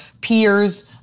peers